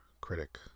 critic